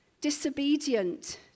disobedient